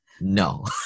No